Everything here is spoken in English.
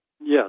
yes